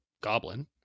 goblin